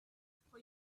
for